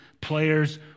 players